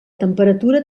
temperatura